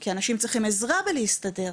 כי אנשים צריכים עזרה בלהסתדר.